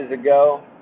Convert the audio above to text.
ago